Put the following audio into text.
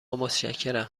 متشکرم